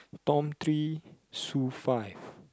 Tom three Sue five